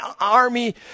army